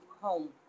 home